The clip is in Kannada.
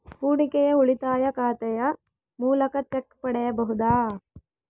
ಹೂಡಿಕೆಯ ಉಳಿತಾಯ ಖಾತೆಯ ಮೂಲಕ ಚೆಕ್ ಪಡೆಯಬಹುದಾ?